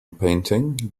painting